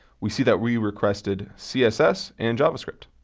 we see that we requested css and javascript.